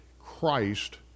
Christ